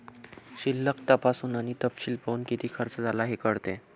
शिल्लक तपासून आणि तपशील पाहून, किती खर्च झाला हे कळते